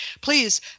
please